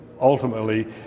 ultimately